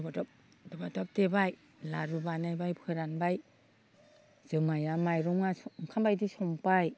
बदब बदब देबाय लारु बानायबाय फोरानबाय जुमाइआ माइरङा ओंखाम बायदि संबाय